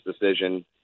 decision